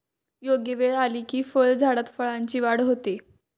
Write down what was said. योग्य वेळ आली की फळझाडात फळांची वाढ होते